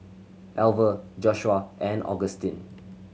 Alver Joshua and Augustine